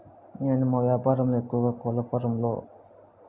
నేను మా వ్యాపారములో ఎక్కువగా కోళ్ళ ఫారెంలో